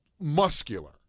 muscular